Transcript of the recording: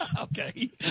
Okay